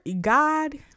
God